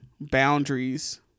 Boundaries